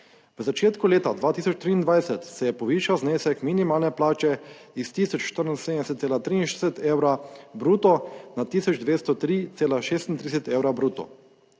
V začetku leta 2023 se je povišal znesek minimalne plače iz 1074,73 evra bruto na 1203,36 evra bruto,